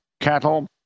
cattle